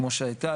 כמו שהייתה.